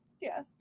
Yes